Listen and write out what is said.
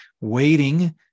waiting